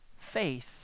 faith